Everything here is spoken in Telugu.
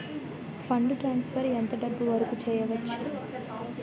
ఫండ్ ట్రాన్సఫర్ ఎంత డబ్బు వరుకు చేయవచ్చు?